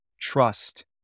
trust